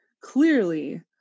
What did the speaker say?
clearly